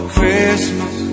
Christmas